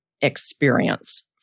experience